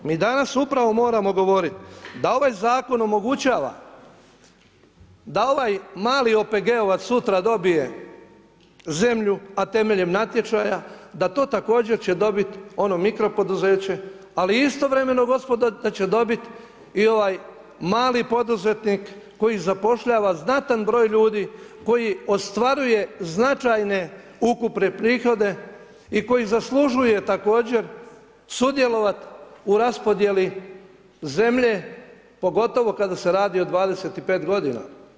Mi danas upravo moramo govoriti da ovaj zakon omogućava da ovaj mali OPG-ovac sutra dobije zemlju a temeljem natječaja, da to također će dobiti ono mikro poduzeće, ali istovremeno gospodo da će dobiti i ovaj mali poduzetnik koji zapošljava znatan broj ljudi koji ostvaruje značajne ukupne prihode i koji zaslužuje također sudjelovat u raspodjeli zemlje pogotovo kada se radi o 25 godina.